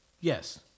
Yes